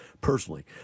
personally